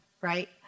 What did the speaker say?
right